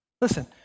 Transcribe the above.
Listen